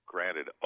Granted